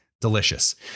delicious